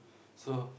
so